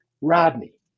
Rodney